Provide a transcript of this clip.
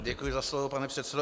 Děkuji za slovo, pane předsedo.